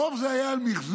הרוב זה היה למחזור,